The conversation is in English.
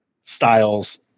styles